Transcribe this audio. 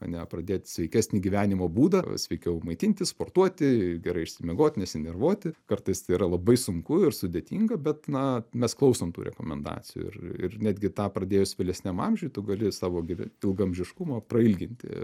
ane pradėt sveikesnį gyvenimo būdą sveikiau maitintis sportuoti gerai išsimiegot nesinervuoti kartais tai yra labai sunku ir sudėtinga bet na mes klausom tų rekomendacijų ir ir netgi tą pradėjus vėlesniam amžiuj tu gali savo gyve ilgaamžiškumą prailginti